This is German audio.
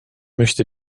möchte